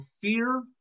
fear